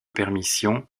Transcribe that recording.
permission